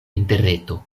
interreto